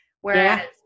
whereas